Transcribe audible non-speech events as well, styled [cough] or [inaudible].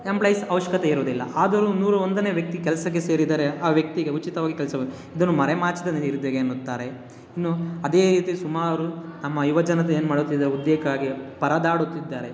employees ಅವಶ್ಯಕತೆ ಇರೋದಿಲ್ಲ ಆದರೂ ನೂರಾ ಒಂದನೆ ವ್ಯಕ್ತಿ ಕೆಲಸಕ್ಕೆ ಸೇರಿದರೆ ಆ ವ್ಯಕ್ತಿಗೆ ಉಚಿತವಾಗಿ ಕೆಲಸ [unintelligible] ಇದನ್ನು ಮರೆಮಾಚಿದ ನಿರುದ್ಯೋಗ ಎನ್ನುತ್ತಾರೆ ಇನ್ನು ಅದೇ ರೀತಿ ಸುಮಾರು ನಮ್ಮ ಯುವಜನತೆ ಏನು ಮಾಡುತ್ತಿದೆ ಉದ್ಯೋಗಕ್ಕಾಗಿ ಪರದಾಡುತ್ತಿದ್ದಾರೆ